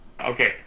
Okay